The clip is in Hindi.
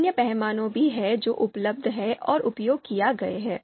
अन्य पैमाने भी हैं जो उपलब्ध हैं और उपयोग किए गए हैं